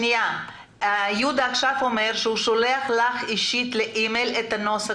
יהודה מירון ישלח לך עכשיו באימייל את נוסח